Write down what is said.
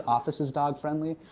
office is dog-friendly.